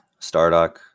Stardock